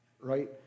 right